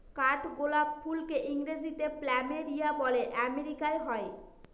কাঠগোলাপ ফুলকে ইংরেজিতে প্ল্যামেরিয়া বলে আমেরিকায় হয়